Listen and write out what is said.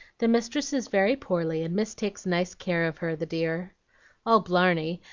the mistress is very poorly, and miss takes nice care of her, the dear all blarney,